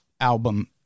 album